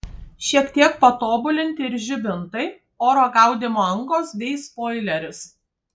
šiek tiek patobulinti ir žibintai oro gaudymo angos bei spoileris